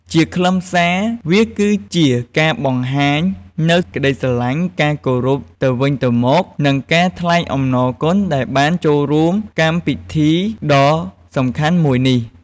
ជាខ្លឹមសារ វាគឺជាការបង្ហាញនូវក្តីស្រឡាញ់ ការគោរពទៅវិញទៅមក និងការថ្លែងអំណរគុណដែលបានចូលរួមកម្មពីធីដ៍សំខាន់មួយនេះ។